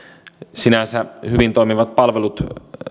sinänsä hyvin toimivat palvelut